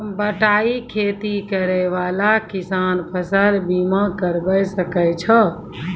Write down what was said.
बटाई खेती करै वाला किसान फ़सल बीमा करबै सकै छौ?